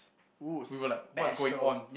!oo! special